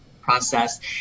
process